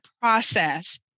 process